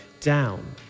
down